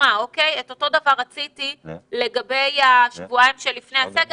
את אותו דבר רציתי לגבי השבועיים שלפני הסגר.